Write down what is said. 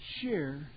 share